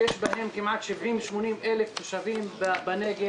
שיש בהם כמעט 70,000 80,000 תושבים בנגב,